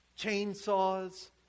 chainsaws